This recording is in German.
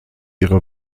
ihre